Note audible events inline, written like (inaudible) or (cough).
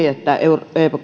(unintelligible) että